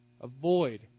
avoid